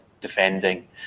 defending